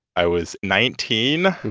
i was nineteen